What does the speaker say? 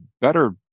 better